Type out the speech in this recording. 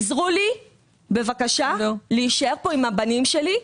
עזרו לי, בבקשה, להישאר פה עם הבנים שלי.